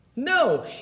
No